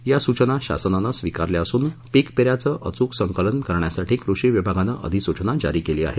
या सूचना शासनाने स्वीकारल्या असून पीक पेऱ्याचे अचूक संकलन करण्यासाठी कृषी विभागाने अधिसूचना जारी केली आहे